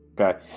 Okay